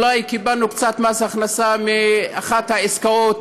אולי קיבלנו קצת מס הכנסה מאחת העסקאות